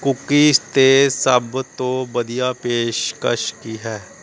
cookies 'ਤੇ ਸਭ ਤੋਂ ਵਧੀਆ ਪੇਸ਼ਕਸ਼ ਕੀ ਹੈ